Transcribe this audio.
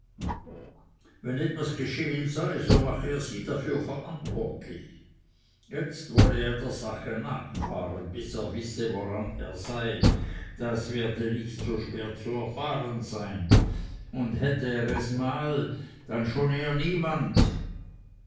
wenn etwas geschehen sei so mache er sie dafür verantwortlich jetzt wolle er der sache nachfahren bis er wisse woran er sei das werde nicht so schwer zu erfahren sein und hätte er es mal dann schone er niemand